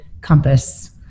compass